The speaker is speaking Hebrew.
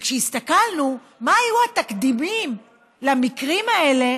וכשהסתכלנו מה היו התקדימים למקרים האלה,